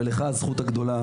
ולך הזכות הגדולה,